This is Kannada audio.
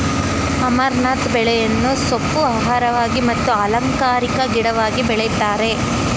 ಅಮರ್ನಾಥ್ ಬೆಳೆಯನ್ನು ಸೊಪ್ಪು, ಆಹಾರವಾಗಿ ಮತ್ತು ಅಲಂಕಾರಿಕ ಗಿಡವಾಗಿ ಬೆಳಿತರೆ